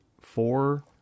four